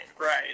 Right